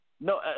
No